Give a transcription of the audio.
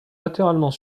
latéralement